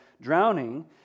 drowning